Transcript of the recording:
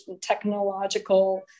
technological